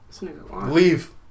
Leave